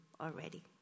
already